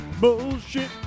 bullshit